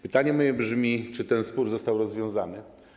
Pytanie moje brzmi: Czy ten spór został rozwiązany?